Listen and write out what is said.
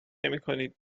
نمیکنید